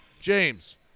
James